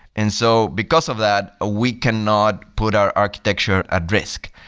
and so because of that, we cannot put our architecture at risk.